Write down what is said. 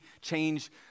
change